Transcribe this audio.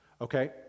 Okay